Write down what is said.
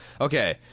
Okay